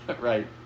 Right